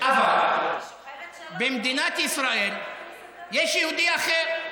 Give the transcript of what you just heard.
אבל במדינת ישראל יש יהודי אחר,